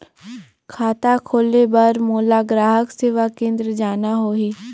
खाता खोले बार मोला ग्राहक सेवा केंद्र जाना होही?